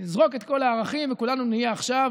לזרוק את כל הערכים וכולנו נהיה עכשיו